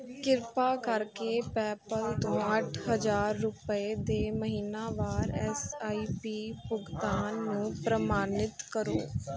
ਕਿਰਪਾ ਕਰਕੇ ਪੇਅਪਾਲ ਤੋਂ ਅੱਠ ਹਜ਼ਾਰ ਰੁਪਏ ਦੇ ਮਹੀਨਾਵਾਰ ਐੱਸ ਆਈ ਪੀ ਭੁਗਤਾਨ ਨੂੰ ਪ੍ਰਮਾਣਿਤ ਕਰੋ